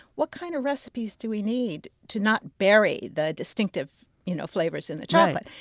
what kind of recipes do we need to not bury the distinctive you know flavors in the chocolate?